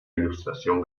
ilustración